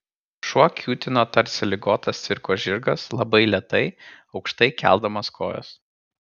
šuo kiūtino tarsi ligotas cirko žirgas labai lėtai aukštai keldamas kojas